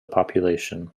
population